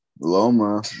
Loma